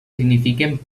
signifiquen